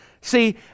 See